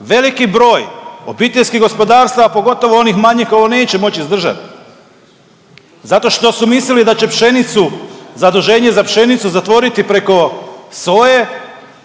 Veliki broj obiteljskih gospodarstava, pogotovo onih manjih koji ovo neće moć izdržat zato što su mislili da će pšenicu, zaduženje za pšenicu zatvoriti preko soje,